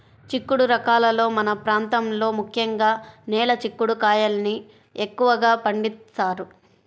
చిక్కుడు రకాలలో మన ప్రాంతంలో ముఖ్యంగా నేల చిక్కుడు కాయల్ని ఎక్కువగా పండిస్తారు